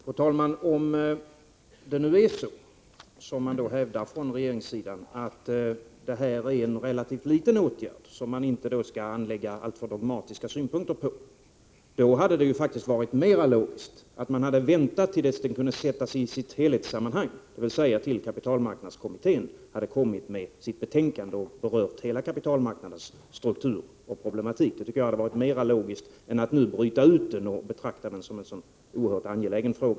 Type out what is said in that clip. Fru talman! Om det förhåller sig så som man hävdar från regeringssidan, att det här är en relativt liten åtgärd som man inte skall anlägga alltför dogmatiska synpunkter på, då hade det faktiskt varit mer logiskt att vänta till dess den kunde sättas in i ett helhetssammanhang, dvs. till dess kapitalmarknadskommittén hade lagt fram sitt betänkande och berört hela kapitalmarknadens struktur och problematik. Det hade varit mer logiskt än att bryta ut frågan och betrakta den som så oerhört angelägen.